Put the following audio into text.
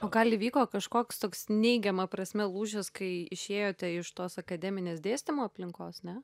o gal įvyko kažkoks toks neigiama prasme lūžis kai išėjote iš tos akademinės dėstymo aplinkos ne